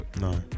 No